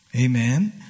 Amen